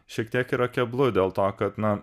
šiek tiek yra keblu dėl to kad na